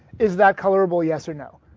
is that colorable yes or no?